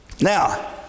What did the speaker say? Now